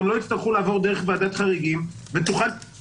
הם לא יצטרכו לעבור דרך ועדת חריגים ותוכל להתעסק